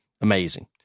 Amazing